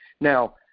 Now